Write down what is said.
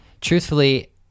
truthfully